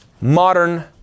modern